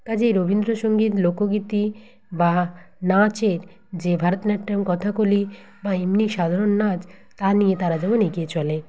কাজেই রবীন্দ্র সংগীত লোকগীতি বা নাচের যে ভারাতনাট্যম কথাকলি বা এমনি সাধারণ নাচ তা নিয়ে তারা যেমন এগিয়ে চলে